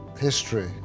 history